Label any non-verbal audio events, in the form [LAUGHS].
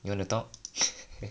you wanna talk [LAUGHS]